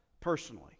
personally